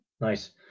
Nice